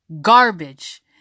garbage